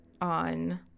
on